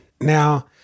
Now